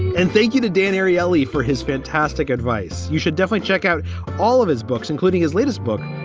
and thank you to dan ariely for his fantastic advice. you should definitely check out all of his books, including his latest book,